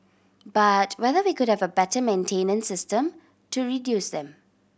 but whether we could have a better maintenance system to reduce them